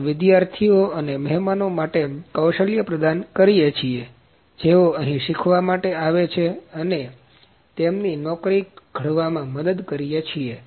અમે વિદ્યાર્થીઓ અને મહેમાનો માટે કૌશલ્ય પ્રદાન કરીએ છીએ જેઓ અહીં શીખવા માટે આવે છે અને તેમની નોકરીને ઘડવામાં મદદ કરીએ છીએ